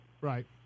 Right